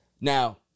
Now